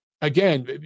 again